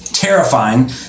terrifying